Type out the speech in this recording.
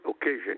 occasion